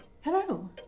Hello